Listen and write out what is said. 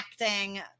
acting